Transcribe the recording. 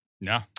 no